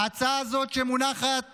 ההצעה הזאת שמונחת